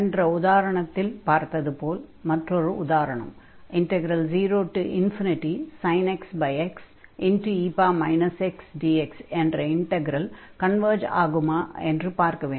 சென்ற உதாரணத்தில் பார்த்தது போல மற்றொரு உதாரணம் 0sin x xe x dx என்ற இன்டக்ரல் கன்வர்ஜ் ஆகுமா என்று பார்க்க வேண்டும்